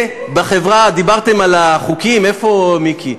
דיברתם על החוקים, איפה מיקי?